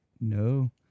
No